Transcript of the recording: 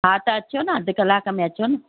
हा त अचो न अधि कलाकु में अचो न